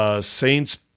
Saints